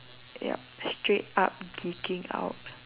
yup straight up geeking out